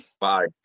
Bye